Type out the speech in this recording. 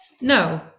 no